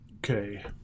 Okay